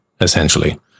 essentially